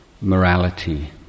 morality